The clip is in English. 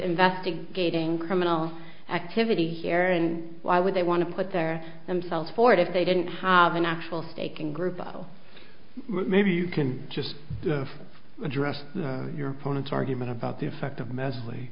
investigating criminal activity here and why would they want to put their themselves forward if they didn't have an actual stake in group maybe you can just address your opponent's argument about the effect of mostly